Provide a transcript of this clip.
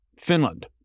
Finland